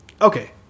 Okay